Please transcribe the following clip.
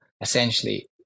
essentially